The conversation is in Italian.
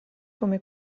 come